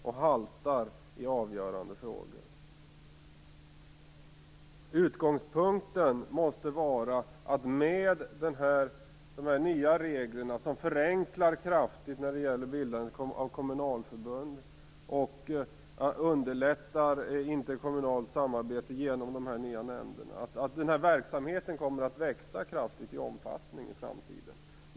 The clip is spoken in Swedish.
Den haltar i avgörande frågor. Utgångspunkten måste vara att med hjälp av de nya reglerna, som kraftigt förenklar bildande av kommunalförbund och underlättar interkommunalt samarbete med de nya nämnderna, skall verksamheten växa kraftigt i omfattning i framtiden.